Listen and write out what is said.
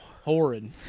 Horrid